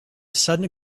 sudden